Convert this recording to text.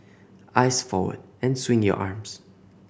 eyes forward and swing your arms